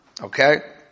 Okay